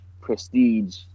prestige